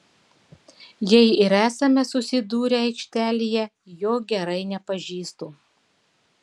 jei ir esame susidūrę aikštelėje jo gerai nepažįstu